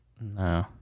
No